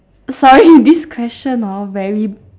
sorry this question hor very